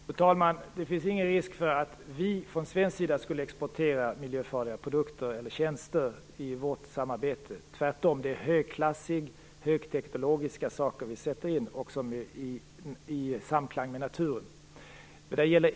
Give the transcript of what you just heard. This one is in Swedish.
Fru talman! Det finns ingen risk för att vi från svensk sida skulle exportera miljöfarliga produkter eller tjänster i vårt samarbete. Det är tvärtom högklassiga högteknologiska saker vi sätter in i samklang med naturen.